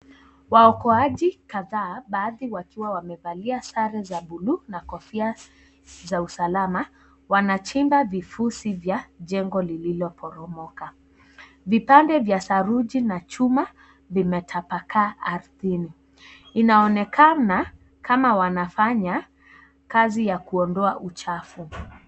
Waokoaji kadhaa baadhi wakiwa wamevalia sare za bluu na kofia za usalama. Wanachimba vifusi vya jengo lililoporomoka. Vipande vya saruji na chuma vimetapakaa ardhini. Inaonekana kama wanafanya kazi ya kuondoa uchafu.